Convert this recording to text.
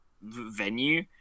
venue